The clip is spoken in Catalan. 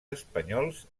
espanyols